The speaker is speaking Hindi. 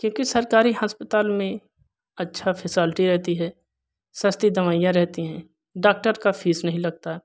क्योंकि सरकारी अस्पताल में अच्छा फैसिलिटी रहती है सस्ती दवाइयाँ रहती हैं डॉक्टर का फीस नहीं लगता